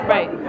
Right